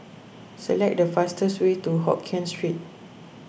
select the fastest way to Hokkien Street